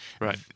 Right